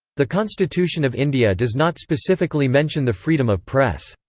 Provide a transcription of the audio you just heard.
the constitution of india does not specifically mention the freedom of press.